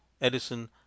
Edison